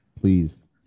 please